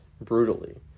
brutally